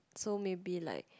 so maybe like